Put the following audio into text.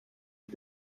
mit